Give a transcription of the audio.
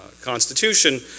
Constitution